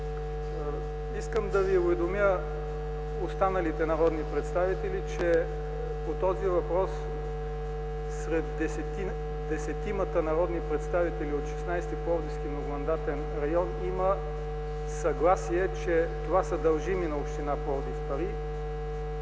Искам да уведомя останалите народни представители, че по този въпрос сред десетимата народни представители от 16.Пловдивски многомандатен район има съгласие, че това са дължими на община Пловдив пари.